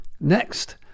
next